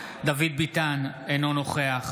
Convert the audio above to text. דוד ביטן, אינו נוכח